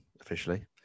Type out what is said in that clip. officially